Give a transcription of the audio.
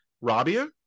Rabia